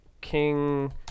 King